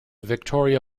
victoria